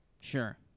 Sure